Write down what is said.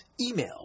Email